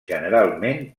generalment